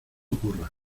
ocurra